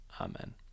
Amen